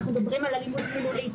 אנחנו מדברים על אלימות מילולית,